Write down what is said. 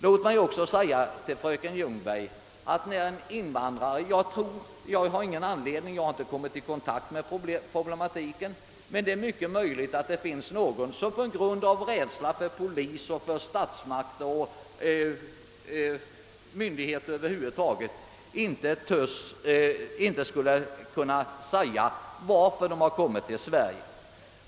Låt mig också säga till fröken Ljungberg, att jag tror — jag har inte kommit i kontakt med problemet, men jag föreställer mig att det kan förhålla sig så — att en del utlänningar på grund av rädsla för polis, statsmakter eller myndigheter över huvud taget inte törs säga varför de kommit till Sverige.